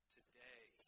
Today